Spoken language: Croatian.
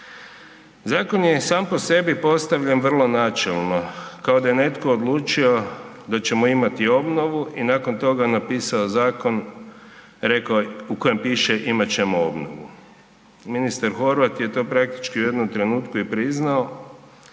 Zakon je sam po sebi postavljen vrlo načelno, kao da je netko odlučio da ćemo imati obnovu i nakon toga napisao zakon u kojem piše imat ćemo obnovu. Ministar Horvat je to praktički u jednom trenutku i priznao